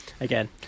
again